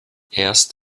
erst